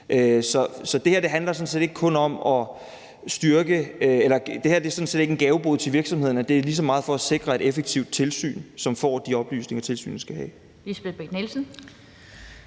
omkring, hvordan den information bruges. Så det her er sådan set ikke en gavebod til virksomhederne. Det er lige så meget for at sikre et effektivt tilsyn, som får de oplysninger, tilsynet skal have.